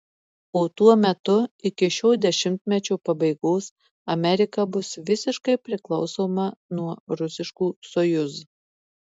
o tuo metu iki šio dešimtmečio pabaigos amerika bus visiškai priklausoma nuo rusiškų sojuz